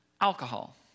alcohol